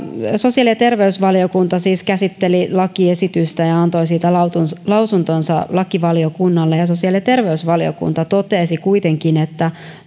sosiaali ja terveysvaliokunta siis käsitteli lakiesitystä ja antoi siitä lausuntonsa lausuntonsa lakivaliokunnalle sosiaali ja terveysvaliokunta totesi että